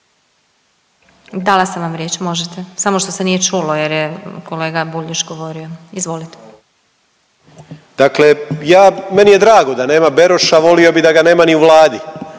Dala sam vam riječ, možete. Samo što se nije čulo jer je kolega Bulj još govorio, izvolite. **Grmoja, Nikola (MOST)** Dakle ja, meni je drago da nema Beroša. Volio bih da ga nema ni u Vladi